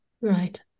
Right